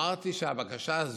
אמרתי שהבקשה הזאת,